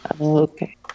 okay